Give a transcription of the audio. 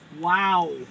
Wow